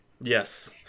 yes